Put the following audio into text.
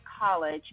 college